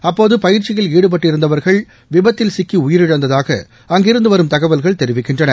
அப்போது பயிற்சியில் ஈடுபட்டிருந்தவர்கள் விபத்தில் சிக்கி டிஉயிரிழந்ததாக அங்கிருந்து வரும் தகவல்கள் தெரிவிக்கின்றன